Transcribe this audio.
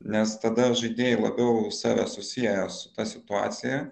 nes tada žaidėjai labiau save susieja su ta situacija